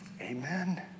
Amen